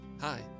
Hi